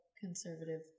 conservative